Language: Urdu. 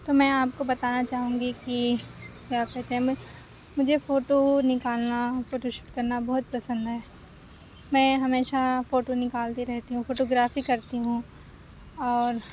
تو میں آپ کو بتانا چاہوں گی کہ کیا کہتے ہیں کہ مجھے فوٹو نکالنا فوٹو شوٹ کرنا بہت پسند ہے میں ہمیشہ فوٹو نکالتی رہتی ہوں فوٹو گرافی کرتی ہوں اور